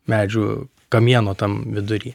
medžių kamieno tam vidury